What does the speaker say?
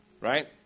Right